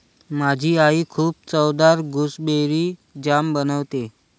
माझी आई खूप चवदार गुसबेरी जाम बनवते